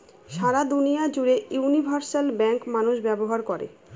সারা দুনিয়া জুড়ে universal bank মানুষ ব্যবহার করে